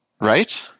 Right